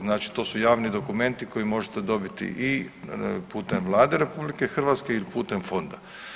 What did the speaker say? Znači to su javni dokumenti koje možete dobiti i putem Vlade RH il putem fonda.